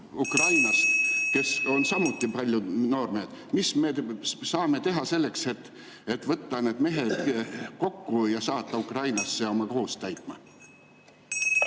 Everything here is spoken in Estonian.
Ukrainast, kellest samuti paljud on noormehed. Mis me saame teha selleks, et võtta need mehed kokku ja saata Ukrainasse oma kohust täitma?